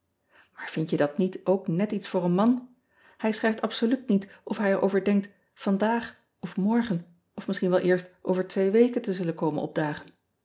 aar vind je dat niet ook net iets voor een man ij schrijft absoluut niet of hij er over denkt vandaag of morgen of misschien wel eerst over twee weken te zullen komen opdagen